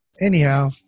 anyhow